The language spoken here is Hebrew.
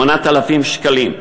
8,000 שקלים,